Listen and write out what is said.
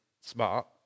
smart